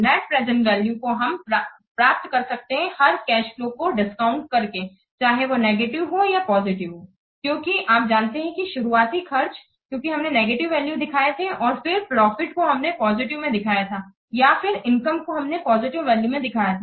net present value को हम प्राप्त कर सकते हैं हर कैश फ्लो को डिस्काउंट करके चाहे वह नेगेटिव हो या पॉजिटिव क्योंकि आप जानते हैं शुरुआती खर्च क्योंकि हमने नेगेटिव वैल्यू दिखाए थे और फिर प्रॉफिट को हमने पॉजिटिव में दिखाया था या फिर इनकम को हमने पॉजिटिव वैल्यू में दिखाया था